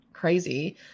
crazy